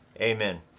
amen